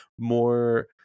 more